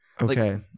Okay